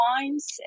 wines